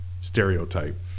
stereotype